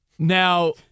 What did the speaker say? Now